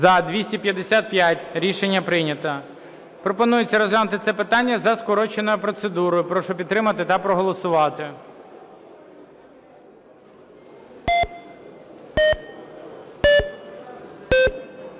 За-255 Рішення прийнято. Пропонується розглянути це питання за скороченою процедурою. Прошу підтримати та проголосувати.